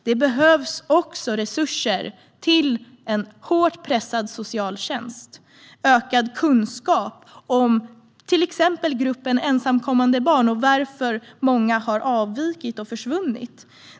Det behövs även resurser till en hårt pressad socialtjänst. Det behövs ökad kunskap om till exempel gruppen ensamkommande barn och varför många har avvikit och försvunnit.